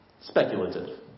speculative